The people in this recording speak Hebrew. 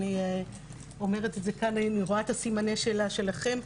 אני אומרת את זה כאן ואני רואה את סימני השאלה שלכם,